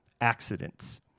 accidents